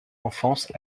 enfance